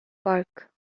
park